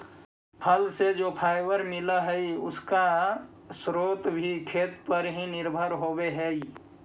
फल से जो फाइबर मिला हई, उसका स्रोत भी खेत पर ही निर्भर होवे हई